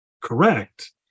correct